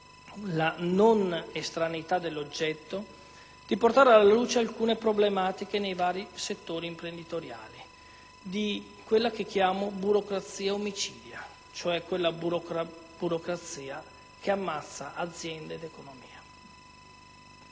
la non estraneità dell'oggetto, di portare alla luce alcune problematiche nei vari settori imprenditoriali, soprattutto di quella che chiamo burocrazia omicida, ossia quella che ammazza aziende ed economia.